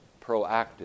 proactive